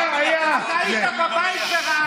אתה היית בבית ברעננה?